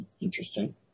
interesting